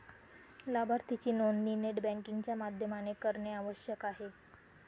लाभार्थीची नोंदणी net banking च्या माध्यमाने करणे आवश्यक आहे